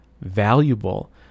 valuable